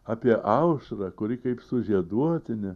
apie aušrą kuri kaip sužieduotinė